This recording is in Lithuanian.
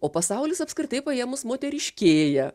o pasaulis apskritai paėmus moteriškėja